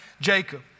Jacob